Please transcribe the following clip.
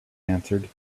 answered